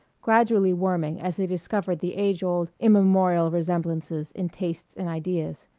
gradually warming as they discovered the age-old, immemorial resemblances in tastes and ideas.